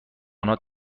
انها